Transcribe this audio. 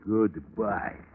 Goodbye